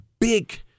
big